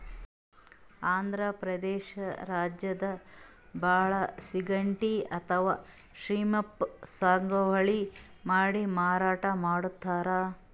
ಆಂಧ್ರ ಪ್ರದೇಶ್ ರಾಜ್ಯದಾಗ್ ಭಾಳ್ ಸಿಗಡಿ ಅಥವಾ ಶ್ರೀಮ್ಪ್ ಸಾಗುವಳಿ ಮಾಡಿ ಮಾರಾಟ್ ಮಾಡ್ತರ್